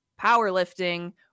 powerlifting